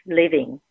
living